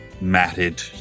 matted